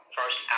first